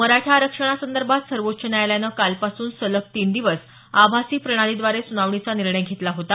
मराठा आरक्षणासंदर्भात सर्वोच्च न्यायालयानं कालपासून सलग तीन दिवस आभासी प्रणालीद्वारे सुनावणीचा निर्णय घेतला होता